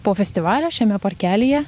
po festivalio šiame parkelyje